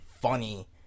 funny